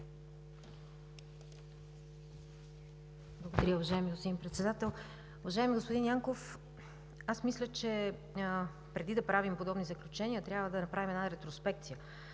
Благодаря, господин Председател. Уважаеми господин Янков, аз мисля, че преди да правим подобно заключение, трябва да направим една ретроспекция